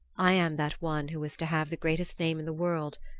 i am that one who is to have the greatest name in the world.